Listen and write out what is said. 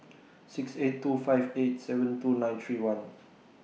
six eight two five eight seven two nine three one